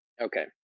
Okay